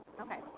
Okay